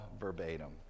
verbatim